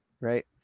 right